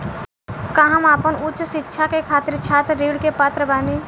का हम आपन उच्च शिक्षा के खातिर छात्र ऋण के पात्र बानी?